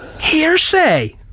Hearsay